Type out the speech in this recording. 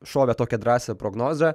šovė tokią drąsią prognozę